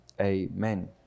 Amen